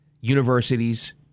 universities